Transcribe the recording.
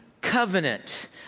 covenant